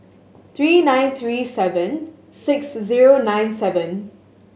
three nine three seven six zero nine seven